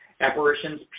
Apparitions